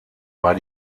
war